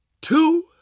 two